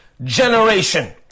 Generation